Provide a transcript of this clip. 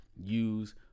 use